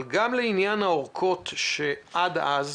אבל גם לעניין הארכות עד אז,